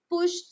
push